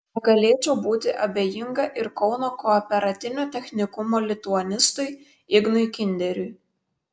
negalėčiau būti abejinga ir kauno kooperatinio technikumo lituanistui ignui kinderiui